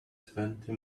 twenty